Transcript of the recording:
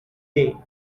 day